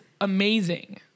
amazing